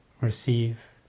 receive